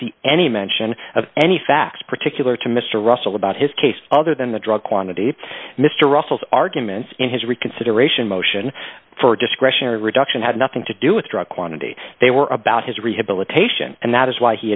see any mention of any facts particular to mr russell about his case other than the drug quantity mr russell's arguments in his reconsideration motion for discretionary reduction had nothing to do with drug quantity they were about his rehabilitation and that is why he